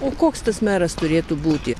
o koks tas meras turėtų būti